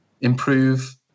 improve